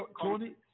Tony